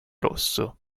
rosso